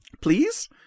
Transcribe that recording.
Please